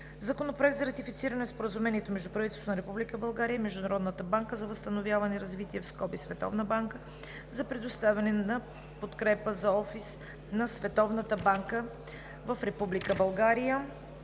Законопроект за ратифициране на Споразумението между правителството на Република България и Международната банка за възстановяване и развитие (Световна банка) за предоставяне на подкрепа за офис на Световната банка в Република България.